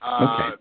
Okay